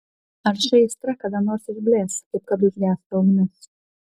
ar ši aistra kada nors išblės kaip kad užgęsta ugnis